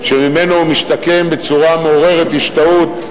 שממנו הוא משתקם בצורה מעוררת השתאות,